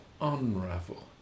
unravel